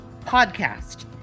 podcast